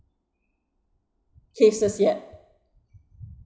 cases yet